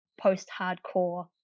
post-hardcore